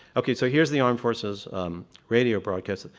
okay. so here's the armed forces radio broadcast.